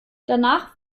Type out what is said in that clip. danach